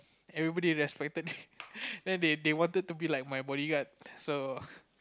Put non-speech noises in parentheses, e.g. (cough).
everybody respected (laughs) then they they wanted to be like my bodyguard so